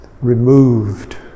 removed